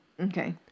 Okay